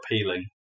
appealing